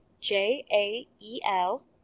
J-A-E-L